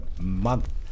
month